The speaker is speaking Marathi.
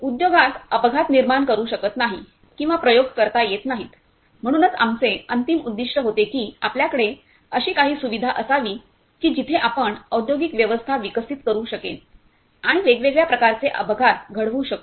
उद्योगात अपघात निर्माण करू शकत नाही किंवा प्रयोग करता येत नाहीत म्हणूनच आमचे अंतिम उद्दीष्ट होते की आपल्याकडे अशी काही सुविधा असावी की जिथे आपण औद्योगिक व्यवस्था विकसित करू शकेन आणि वेगवेगळ्या प्रकारचे अपघात घडवू शकू